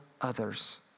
others